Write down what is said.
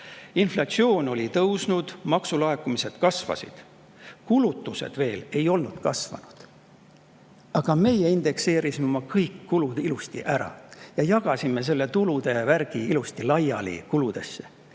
Inflatsioon oli tõusnud, maksulaekumised kasvasid, kulutused ei olnud veel kasvanud. Aga meie indekseerisime kõik oma kulud ilusti ära ja jagasime selle tulude kasvu ilusti kuludesse